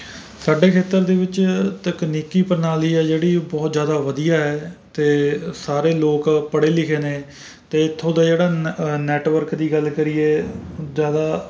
ਸਾਡੇ ਖੇਤਰ ਦੇ ਵਿੱਚ ਤਕਨੀਕੀ ਪ੍ਰਣਾਲੀ ਹੈ ਜਿਹੜੀ ਬਹੁਤ ਜ਼ਿਆਦਾ ਵਧੀਆ ਹੈ ਅਤੇ ਸਾਰੇ ਲੋਕ ਪੜ੍ਹੇ ਲਿਖੇ ਨੇ ਅਤੇ ਇੱਥੋਂ ਦਾ ਜਿਹੜਾ ਨੈ ਨੈੱਟਵਰਕ ਦੀ ਗੱਲ ਕਰੀਏ ਜ਼ਿਆਦਾ